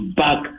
back